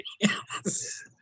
Yes